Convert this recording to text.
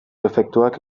efektuak